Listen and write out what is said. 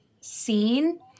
seen